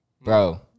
bro